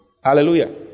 Hallelujah